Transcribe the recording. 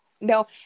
No